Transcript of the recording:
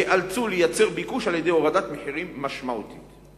ייאלצו לייצר ביקוש על-ידי הורדת מחירים משמעותית.